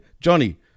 Johnny